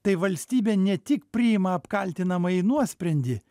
tai valstybė ne tik priima apkaltinamąjį nuosprendį